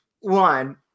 one